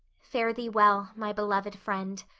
fare thee well, my beloved friend.